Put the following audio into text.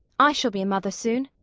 i shall be a mother soon.